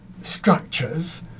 Structures